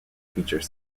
feature